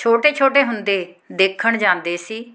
ਛੋਟੇ ਛੋਟੇ ਹੁੰਦੇ ਦੇਖਣ ਜਾਂਦੇ ਸੀ